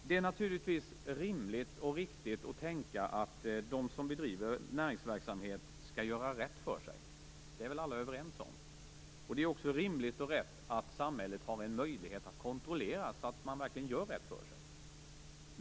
Det är naturligtvis rimligt och riktigt att tänka att de som bedriver näringsverksamhet skall göra rätt för sig. Det är väl alla överens om. Det är också rimligt och rätt att samhället har en möjlighet att kontrollera att företagen verkligen gör rätt för sig.